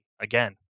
again